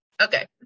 Okay